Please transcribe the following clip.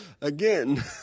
Again